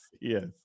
yes